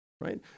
Right